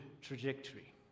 trajectory